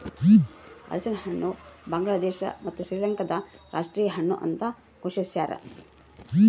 ಹಲಸಿನಹಣ್ಣು ಬಾಂಗ್ಲಾದೇಶ ಮತ್ತು ಶ್ರೀಲಂಕಾದ ರಾಷ್ಟೀಯ ಹಣ್ಣು ಅಂತ ಘೋಷಿಸ್ಯಾರ